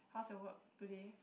how's your work today